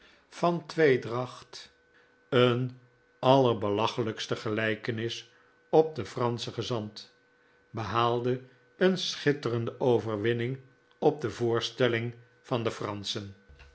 van tweedracht een allerbelachelijkste gelijkenis op den franschen gezant behaalde een schitterende overwinning op de voorstelling van de franschen